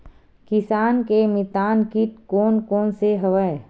किसान के मितान कीट कोन कोन से हवय?